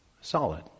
solid